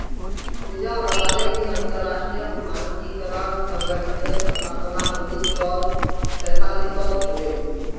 पूजा बताले कि अंतरराष्ट्रीय मानकीकरण संगठनेर स्थापना उन्नीस सौ सैतालीसत होले